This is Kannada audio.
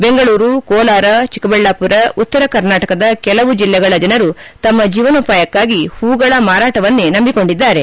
ಬೆಂಗಳೂರು ಕೋಲಾರ ಚಿಕ್ಕಬಳ್ಳಾಮರ ಉತ್ತರ ಕರ್ನಾಟಕದ ಕೆಲವು ಬೆಲ್ಲೆಗಳ ಜನರು ತಮ್ಮ ಜೀವನೋಪಾಯಕ್ಕಾಗಿ ಹೂಗಳ ಮಾರಾಟವನ್ನೇ ನಂಬಿಕೊಂಡಿದ್ದಾರೆ